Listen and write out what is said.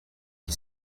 qui